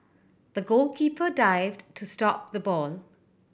the goalkeeper dived to stop the ball